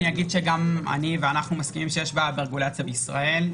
אנחנו מסכימים שיש בעיה ברגולציה בישראל,